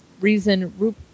Reason